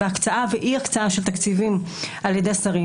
בהקצאה ואי-הקצאה של תקציבים על ידי שרים.